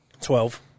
Twelve